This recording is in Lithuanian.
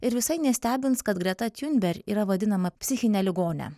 ir visai nestebins kad greta tiunber yra vadinama psichine ligone